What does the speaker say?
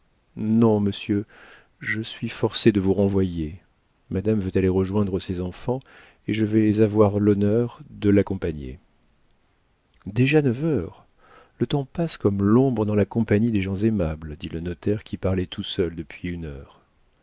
non monsieur je suis forcé de vous renvoyer madame veut aller rejoindre ses enfants et je vais avoir l'honneur de l'accompagner déjà neuf heures le temps passe comme l'ombre dans la compagnie des gens aimables dit le notaire qui parlait tout seul depuis une heure